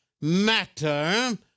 matter